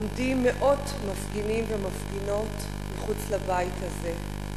עומדים מאות מפגינים ומפגינות מחוץ לבית הזה.